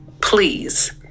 please